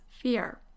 fear